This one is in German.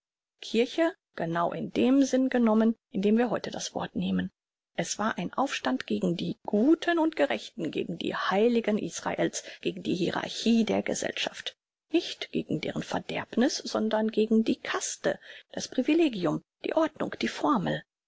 kirche genau in dem sinn genommen in dem wir heute das wort nehmen es war ein aufstand gegen die guten und gerechten gegen die heiligen israel's gegen die hierarchie der gesellschaft nicht gegen deren verderbniß sondern gegen die kaste das privilegium die ordnung die formel